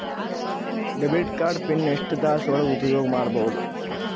Debit card PIN ಎಷ್ಟ ತಾಸ ಒಳಗ ಉಪಯೋಗ ಮಾಡ್ಬಹುದು?